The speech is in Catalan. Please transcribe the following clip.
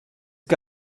que